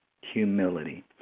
Humility